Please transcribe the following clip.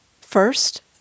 First